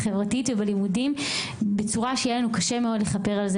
החברתית ובלימודים בצורה שיהיה לנו קשה מאוד לכפר עליה.